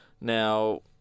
Now